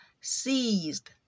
seized